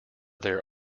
there